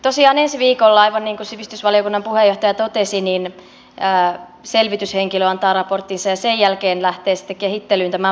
tosiaan ensi viikolla aivan niin kuin sivistysvaliokunnan puheenjohtaja totesi selvityshenkilö antaa raporttinsa ja sen jälkeen lähtee sitten kehittelyyn tämä malli